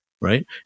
right